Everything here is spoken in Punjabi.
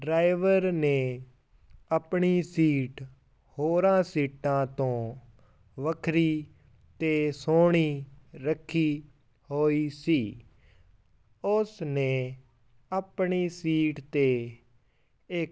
ਡਰਾਈਵਰ ਨੇ ਆਪਣੀ ਸੀਟ ਹੋਰਾਂ ਸੀਟਾਂ ਤੋਂ ਵੱਖਰੀ ਅਤੇ ਸੋਹਣੀ ਰੱਖੀ ਹੋਈ ਸੀ ਉਸ ਨੇ ਆਪਣੀ ਸੀਟ 'ਤੇ ਇੱਕ